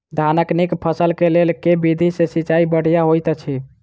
धानक नीक फसल केँ लेल केँ विधि सँ सिंचाई बढ़िया होइत अछि?